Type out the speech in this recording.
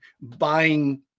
buying